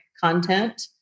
content